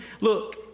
Look